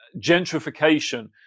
gentrification